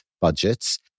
budgets